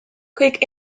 kõik